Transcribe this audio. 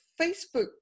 facebook